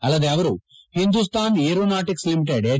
ಅಲ್ಲದೆ ಅವರು Hindustan aeronautics limited H